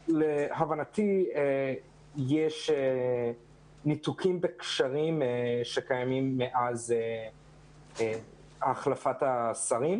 להבנתי, יש ניתוק בקשר שקיים מאז החלפת השרים,